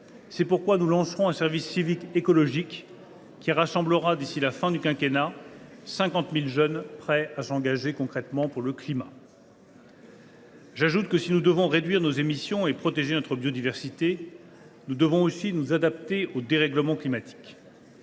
C’est pourquoi nous lancerons un service civique écologique, qui rassemblera, d’ici à la fin du quinquennat, 50 000 jeunes prêts à s’engager concrètement pour le climat. « J’ajoute que, si nous devons réduire nos émissions et protéger notre biodiversité, nous devons aussi nous adapter au dérèglement climatique.